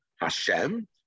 Hashem